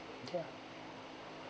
ya